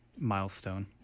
Milestone